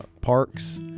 parks